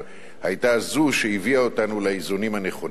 היתה זו שהביאה אותנו לאיזונים הנכונים.